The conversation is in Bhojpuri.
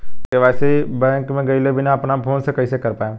के.वाइ.सी बैंक मे गएले बिना अपना फोन से कइसे कर पाएम?